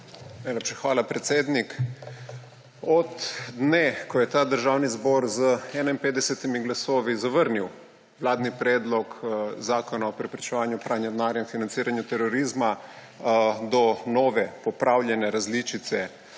hvala, predsednik. Od dne, ko je Državni zbor z 51 glasovi zavrnil vladni predlog zakona o preprečevanju pranja denarja in financiranja terorizma do nove, popravljene različice,